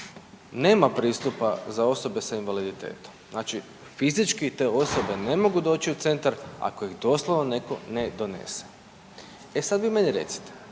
nema pristupa za osobe sa invaliditetom, znači fizički te osobe ne mogu doći u centar ako ih doslovno netko ne donese. E sad vi meni recite,